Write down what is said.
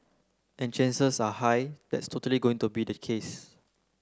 and chances are high that's totally going to be the case